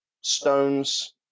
Stones